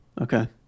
Okay